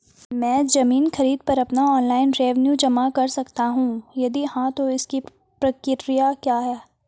मैं ज़मीन खरीद पर अपना ऑनलाइन रेवन्यू जमा कर सकता हूँ यदि हाँ तो इसकी प्रक्रिया क्या है?